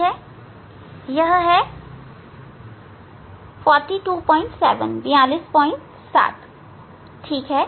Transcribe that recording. यह है 427 यह है 427 ठीक है